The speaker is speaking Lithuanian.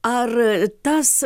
ar tas